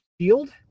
shield